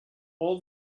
all